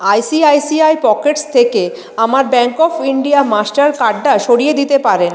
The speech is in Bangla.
আইসিআইসিআই পকেটস থেকে আমার ব্যাংক অব ইন্ডিয়া মাস্টার কার্ডটা সরিয়ে দিতে পারেন